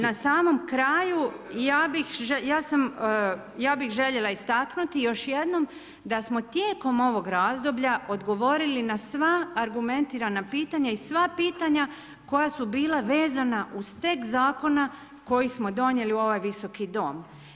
Na samom kraju ja sam, ja bih željela istaknuti još jednom da smo tijekom ovog razdoblja odgovorili na sva argumentirana pitanja i sva pitanja koja su bila vezana uz tekst zakona koji smo donijeli u ovaj Visoki dom.